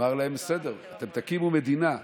דוד של הרב שך: בסדר, אתם תקימו מדינה,